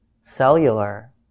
cellular